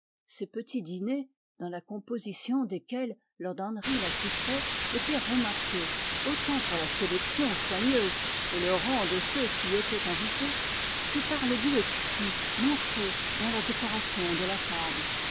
ses petits dîners dans la composition desquels lord henry l'assistait étaient remarqués autant pour la sélection soigneuse et le rang de ceux qui y étaient invités que pour le goût exquis montré dans la décoration de la table